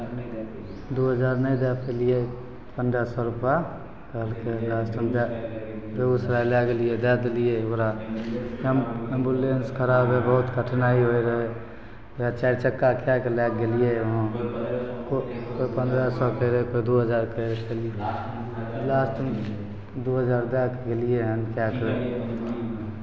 दू हजार नहि दए पैलियै पन्द्रह सए रुपैआ कहलकै जे बेगूसराय लए गेलियै दए देलियै ओकरा एम एम्बुलेंस खराब हइ बहुत कठिनाइ होइत रहै उएह चारि चक्का कए कऽ लए कऽ गेलियै वहाँ कोइ कोइ पन्द्रह सए कहैत रहै कोइ दू हजार कहैत रहै लास्टमे दू हजार दए कऽ गेलियै हन कए कऽ